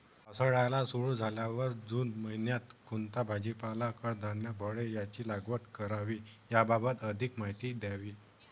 पावसाळा सुरु झाल्यावर जून महिन्यात कोणता भाजीपाला, कडधान्य, फळे यांची लागवड करावी याबाबत अधिक माहिती द्यावी?